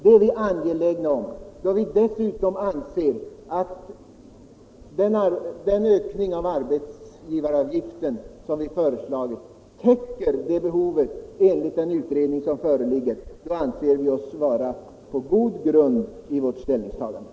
Detta är vi angelägna om, och då vi dessutom anser att den ökning av arbetsgivaravgiften som vi föreslagit täcker behovet enligt den utredning som föreligger, anser vi oss stå på en god grund i vårt ställningstagande.